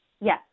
Yes